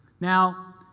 Now